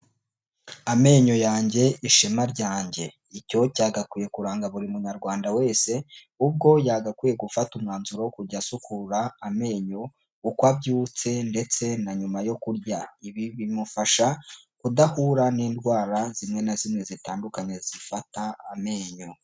Amenyo yanjye ishema ryanjye, icyo cyagakwiye kuranga buri Munyarwanda wese, ubwo yagakwiye gufata umwanzuro wo kujya asukura amenyo, uko abyutse ndetse na nyuma yo kurya, ibi bimufasha kudahura n'indwara zimwe na zimwe zitandukanye zifata amenyo.